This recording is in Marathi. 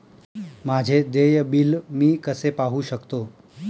माझे देय बिल मी कसे पाहू शकतो?